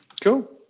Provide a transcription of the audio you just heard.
cool